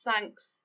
Thanks